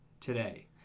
today